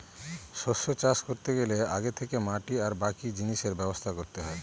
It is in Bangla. শস্য চাষ করতে গেলে আগে থেকে মাটি আর বাকি জিনিসের ব্যবস্থা করতে হয়